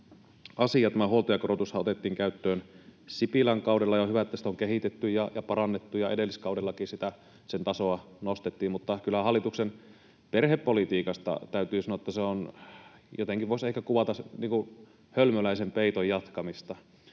Tämä huoltajakorotushan otettiin käyttöön Sipilän kaudella, ja on hyvä, että sitä on kehitetty ja parannettu, ja edelliskaudellakin sen tasoa nostettiin. Mutta kyllä hallituksen perhepolitiikasta täytyy sanoa, että jotenkin voisi ehkä kuvata,